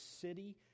city